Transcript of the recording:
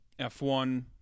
F1